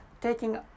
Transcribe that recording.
taking